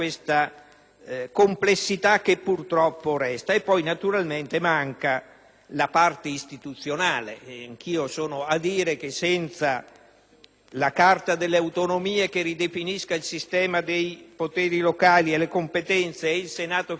la complessità che, purtroppo, resta. Poi, naturalmente, manca la parte istituzionale. Anch'io sono convinto che senza la Carta delle autonomie che ridefinisca il sistema dei poteri locali, le competenze e il Senato federale,